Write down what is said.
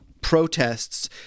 protests